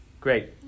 Great